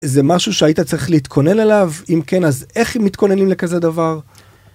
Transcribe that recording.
זה משהו שהיית צריך להתכונן אליו? אם כן, אז איך מתכוננים לכזה דבר?